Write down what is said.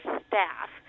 staff